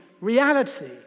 reality